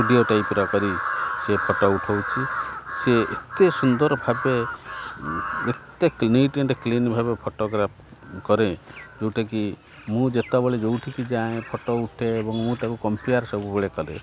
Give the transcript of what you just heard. studio ଟାଇପର କରି ସିଏ ଫଟୋ ଉଠଉଛି ସିଏ ଏତେ ସୁନ୍ଦର ଭାବେ ଏତେ ନିଟ ଆଣ୍ଡ୍ କ୍ଲିନ ଭାବେ ଫଟୋଗ୍ରାଫ କରେ ଯେଉଁଟାକି ମୁଁ ଯେତେବେଳେ ଯେଉଁଠିକି ଯାଏଁ ଫଟୋ ଉଠେ ଏବଂ ମୁଁ ତାକୁ କମ୍ପିୟାର ସବୁବେଳେ କରେ